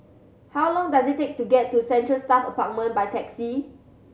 how long does it take to get to Central Staff Apartment by taxi